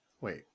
Wait